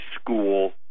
school